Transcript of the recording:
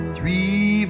Three